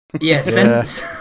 Yes